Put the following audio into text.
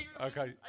Okay